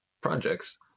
projects